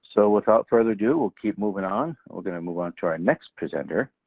so without further ado, we'll keep moving on. we're gonna move on to our next presenter,